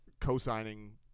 co-signing